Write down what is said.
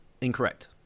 Incorrect